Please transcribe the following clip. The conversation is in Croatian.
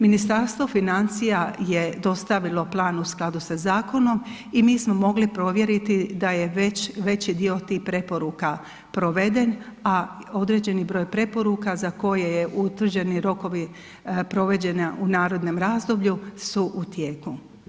Ministarstvo financija je dostavilo plan u skladu sa zakonom i mi smo mogli provjeriti da je već veći dio tih preporuka proveden, a određeni broj preporuka za koje je utvrđeni rokovi provođenja u narednom razdoblju su u tijeku.